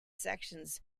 sections